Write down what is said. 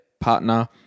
partner